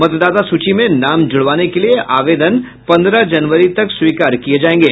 मतदाता सूची में नाम जोड़वाने के लिये आवेदन पंद्रह जनवरी तक स्वीकार किये जायेंगे